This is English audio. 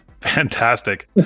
Fantastic